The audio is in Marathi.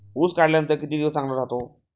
ऊस काढल्यानंतर किती दिवस चांगला राहतो?